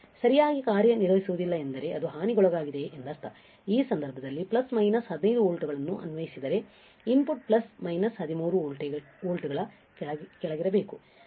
ಸರಿಯಾಗಿ ಕಾರ್ಯನಿರ್ವಹಿಸುವುದಿಲ್ಲ ಎಂದರೆ ಅದು ಹಾನಿಗೊಳಗಾಗಿದೆ ಎಂದರ್ಥ ಈ ಸಂದರ್ಭದಲ್ಲಿ ಪ್ಲಸ್ ಮೈನಸ್ 15 ವೋಲ್ಟ್ಗಳನ್ನು ಅನ್ವಯಿಸಿದರೆ ಇನ್ಪುಟ್ ಪ್ಲಸ್ ಮೈನಸ್ 13 ವೋಲ್ಟ್ಗಳ ಕೆಳಗಿರಬೇಕು